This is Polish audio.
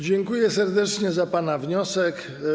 Dziękuję serdecznie za pana wniosek.